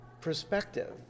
perspective